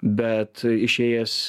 bet išėjęs